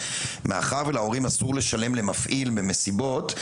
מאחר ולהורים אסור לשלם למפעיל ממסיבות,